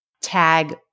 tag